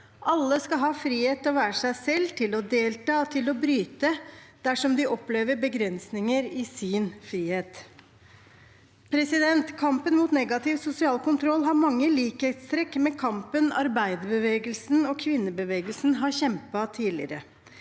Alle skal ha frihet til å være seg selv, til å delta og til å bryte dersom de opplever begrensninger i sin frihet. Kampen mot negativ sosial kontroll har mange likhetstrekk med kampen arbeiderbevegelsen og kvinnebevegelsen har kjempet tidligere.